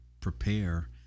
prepare